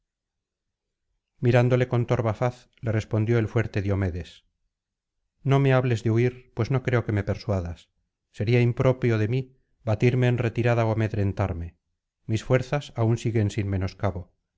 mirándole con torva faz le respondió el fuerte diomedes no me hables de huir pues no creo que me persuadas sería impropio de mí batirme en retirada ó amedrentarme mis fuerzas aún siguen canto quinto js sin menoscabo